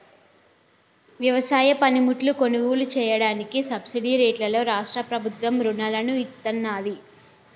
వ్యవసాయ పనిముట్లు కొనుగోలు చెయ్యడానికి సబ్సిడీ రేట్లలో రాష్ట్ర ప్రభుత్వం రుణాలను ఇత్తన్నాది